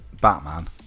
Batman